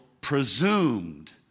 presumed